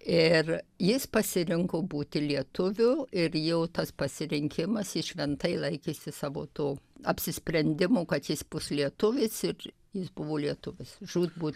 ir jis pasirinko būti lietuviu ir jo tas pasirinkimas jis šventai laikėsi savo to apsisprendimo kad jis bus lietuvis ir jis buvo lietuvis žūt būt